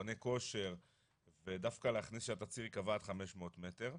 מכוני כושר ודווקא להכניס שהתצהיר ייקבע עד חמש מאות מטר,